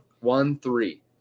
One-three